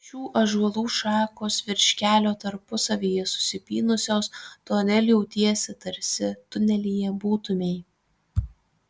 šių ąžuolų šakos virš kelio tarpusavyje susipynusios todėl jautiesi tarsi tunelyje būtumei